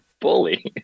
bully